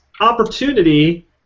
opportunity